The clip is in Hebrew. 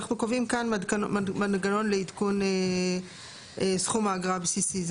אנחנו קובעים כאן מנגנון לעדכון סכום האגרה הבסיסית.